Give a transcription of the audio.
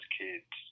kids –